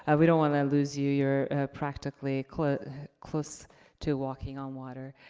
ah we don't wanna lose you, you're practically close to walking on water.